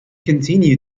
continue